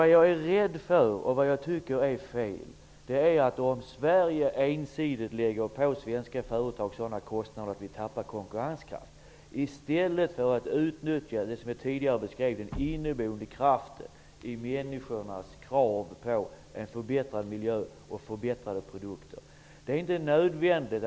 Däremot är jag rädd för att Sverige ensidigt skall lägga på svenska företag sådana kostnader att de tappar konkurrenskraft i stället för att utnyttja den inneboende kraften i människornas krav på en förbättrad miljö och förbättrade produkter, vilket jag beskrev tidigare.